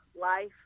life